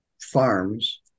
farms